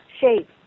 shape